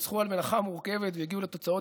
שניצחו על מלאכה מורכבת והגיעו לתוצאות